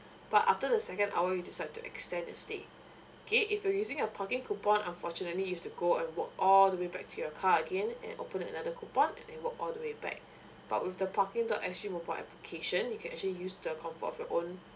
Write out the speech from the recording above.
but after the second hour you decide to extend your stay okay if you're using a parking coupon unfortunately you've to go and walk all the way back to your car again and open another coupon and then walk all the way back but with the parking dot S G mobile application you can actually use the comfort of your own